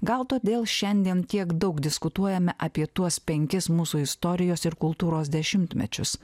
gal todėl šiandien tiek daug diskutuojame apie tuos penkis mūsų istorijos ir kultūros dešimtmečius